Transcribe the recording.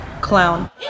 clown